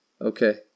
Okay